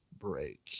break